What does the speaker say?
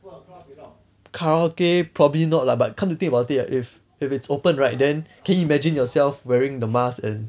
karaoke probably not lah but come to think about it if if it's open right then can you imagine yourself wearing the mask and